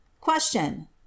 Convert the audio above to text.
Question